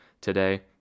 today